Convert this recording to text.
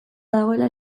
badagoela